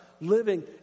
living